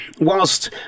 whilst